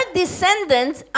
descendants